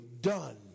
done